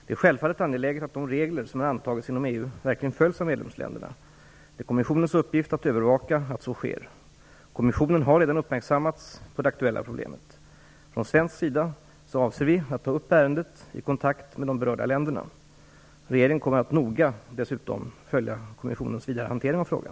Det är självfallet angeläget att de regler som har antagits inom EU verkligen följs av medlemsländerna. Det är kommissionens uppgift att övervaka att så sker. Kommissionen har redan uppmärksammats på det aktuella problemet. Från svensk sida avser vi självfallet att ta upp ärendet i kontakter med de berörda länderna. Regeringen kommer att noga följa kommissionens vidare hantering i frågan.